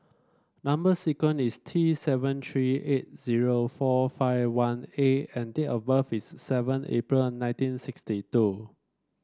number sequence is T seven three eight zero four five one A and date of birth is seven April nineteen sixty two